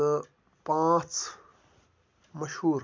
تہٕ پانٛژھ مشہوٗر